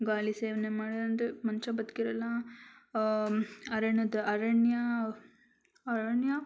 ಗಾಳಿ ಸೇವನೆ ಮಾಡಿಲ್ಲಾಂದ್ರೆ ಮನುಷ್ಯ ಬದುಕಿರಲ್ಲ ಅರಣ್ಯದ ಅರಣ್ಯ ಅರಣ್ಯ